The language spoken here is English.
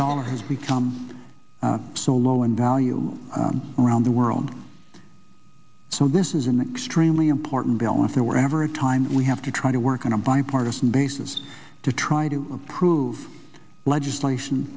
dollar has become so low in value on around the world so this is an extremely important bell if there were ever a time that we have to try to work on a bipartisan basis to try to approve legislation